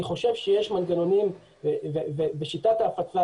אני חושב שיש מנגנונים בשיטת ההפצה,